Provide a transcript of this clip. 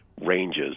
ranges